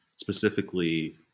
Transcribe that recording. Specifically